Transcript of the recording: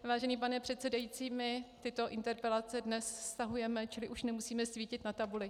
Vážený pane předsedající, my tyto interpelace dnes stahujeme, čili už nemusíme svítit na tabuli.